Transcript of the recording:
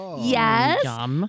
Yes